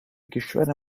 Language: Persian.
کشور